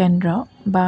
কেন্দ্ৰ বা